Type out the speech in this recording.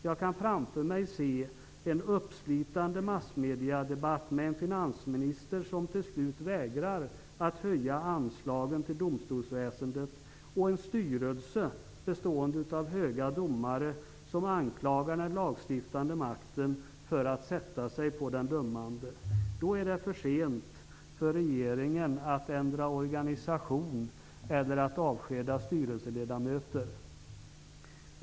Jag kan framför mig se en uppslitande massmediedebatt med en finansminister som till slut vägrar att höja anslagen till domstolsväsendet och en styrelse bestående av höga domare som anklagar den lagstiftande makten för att sätta sig på den dömande. Då är det för sent för regeringen att ändra organisation eller att avskeda styrelseledamöter.